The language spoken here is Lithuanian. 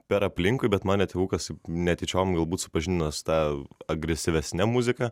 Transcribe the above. per aplinkui bet mane tėvukas netyčiom galbūt supažindino su ta agresyvesne muzika